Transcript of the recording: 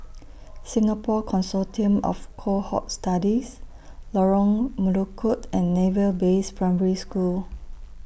Singapore Consortium of Cohort Studies Lorong Melukut and Naval Base Primary School